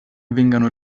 vengano